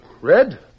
Red